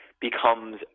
becomes